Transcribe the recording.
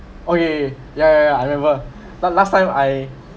okay ya ya ya I remembered last last time I